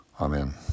Amen